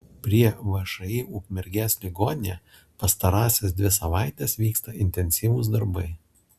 prie všį ukmergės ligoninė pastarąsias dvi savaites vyksta intensyvūs darbai